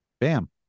bam